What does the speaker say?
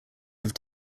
have